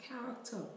character